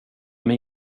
mig